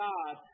God